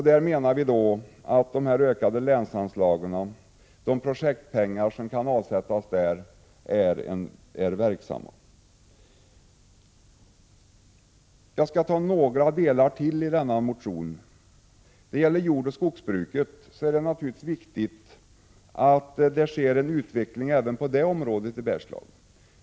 Vi menar att de projektpengar som kan avsättas där genom de ökade länsanslagen kan vara ett verksamt medel. Herr talman! Jag skall ta upp några delar till i denna motion. Det är naturligtvis viktigt att det sker en utveckling även när det gäller jordoch skogsbruket i Bergslagen.